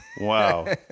Wow